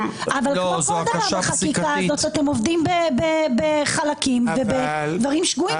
אבל כמו כל דבר בחקיקה הזאת אתם עובדים בחלקים ובדברים שגויים.